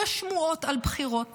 יש שמועות על בחירות